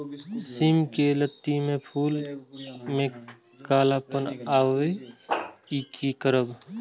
सिम के लत्ती में फुल में कालापन आवे इ कि करब?